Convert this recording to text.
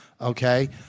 Okay